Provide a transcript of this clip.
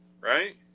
right